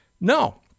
no